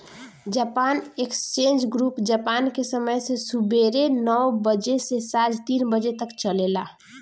Japan exchange group Japan के समय से सुबेरे नौ बजे से सांझ तीन बजे तक चलेला